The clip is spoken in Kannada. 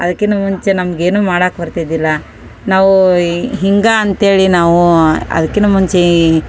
ಅದಕ್ಕಿಂತ ಮುಂಚೆ ನಮ್ಗೇನೂ ಮಾಡೋಕ್ ಬರ್ತಿದ್ದಿಲ್ಲ ನಾವೂ ಈ ಹೀಗೇ ಅಂತೇಳಿ ನಾವು ಅದಕ್ಕಿಂತ ಮುಂಚೇ